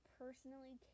personally